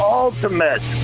ultimate